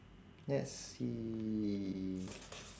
let's see